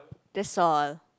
that's all